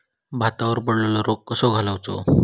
भातावर पडलेलो रोग कसो घालवायचो?